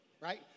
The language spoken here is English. Right